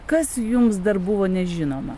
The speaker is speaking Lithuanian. kas jums dar buvo nežinoma